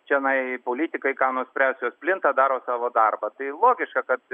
čionai politikai ką nuspręs jos plinta daro savo darbą tai logiška kad